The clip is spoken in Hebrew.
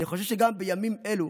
אני חושב שגם בימים אלו